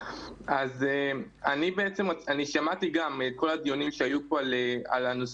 אני שמעתי גם את כל הדיונים שהיו פה על הנוסחה.